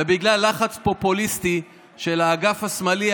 ובגלל לחץ פופוליסטי של האגף השמאלי,